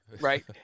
right